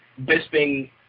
Bisping